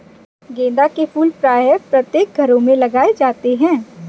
गेंदा के फूल प्रायः प्रत्येक घरों में लगाए जाते हैं